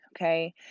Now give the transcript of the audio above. okay